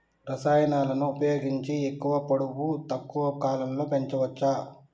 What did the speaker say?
రసాయనాలను ఉపయోగించి ఎక్కువ పొడవు తక్కువ కాలంలో పెంచవచ్చా?